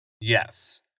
Yes